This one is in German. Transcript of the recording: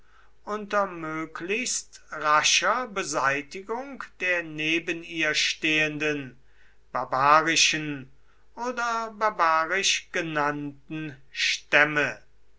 unter möglichst rascher beseitigung der neben ihr stehenden barbarischen oder barbarisch genannten stämme